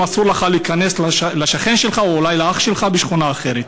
ואם אסור לך להיכנס לשכן שלך או אולי לאח שלך בשכונה אחרת.